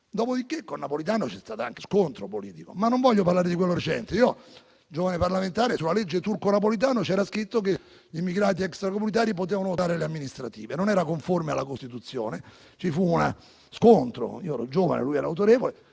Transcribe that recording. presidente Napolitano c'è stato anche scontro politico, ma non voglio parlare di quello recente. Ad esempio, quando ero un giovane parlamentare, nella legge Turco-Napolitano c'era scritto che gli immigrati extracomunitari potevano votare alle elezioni amministrative. Ciò non era conforme alla Costituzione, ci fu uno scontro - io ero giovane, lui era già autorevole